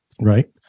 right